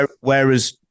whereas